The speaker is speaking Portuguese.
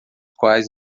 quais